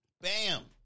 bam